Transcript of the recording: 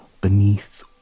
beneath